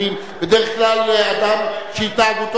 בדרך כלל אדם שהתנהגותו למופת,